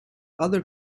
other